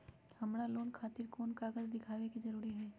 हमरा लोन खतिर कोन कागज दिखावे के जरूरी हई?